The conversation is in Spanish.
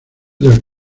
del